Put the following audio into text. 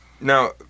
Now